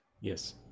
yes